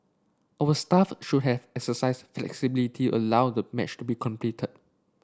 our staff should have exercised flexibility allow the match to be completed